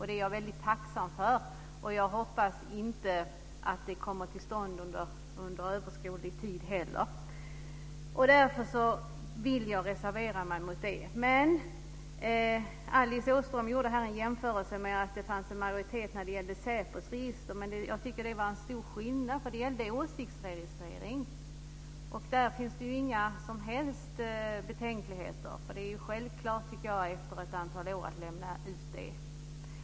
Det är jag mycket tacksam för. Jag hoppas att det inte kommer till stånd under överskådlig tid heller. Därför vill jag reservera mig mot detta. Alice Åström gjorde en jämförelse med att det fanns en majoritet när det gällde SÄPO:s register. Men jag tycker att det var stor skillnad, för det gällde åsiktsregistrering och där finns det ju inga som helst betänkligheter. Det är självklart, tycker jag, att efter ett antal år lämna ut de uppgifterna.